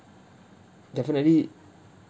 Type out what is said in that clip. definitely